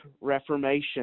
reformation